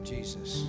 Jesus